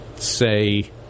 say